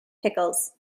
pickles